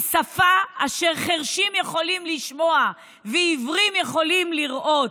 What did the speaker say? שפה אשר חירשים יכולים לשמוע ועיוורים יכולים לראות".